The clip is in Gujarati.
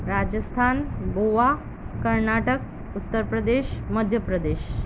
રાજસ્થાન ગોવા કર્ણાટક ઉત્તરપ્રદેશ મધ્યપ્રદેશ